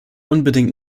unbedingt